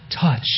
touch